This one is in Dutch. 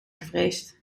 gevreesd